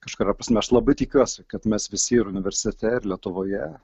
kažkuria prasme aš labai tikiuosi kad mes visi ir universitete ir lietuvoje